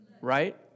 right